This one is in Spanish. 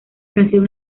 canción